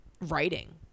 writing